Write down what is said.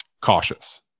cautious